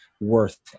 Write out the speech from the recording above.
worth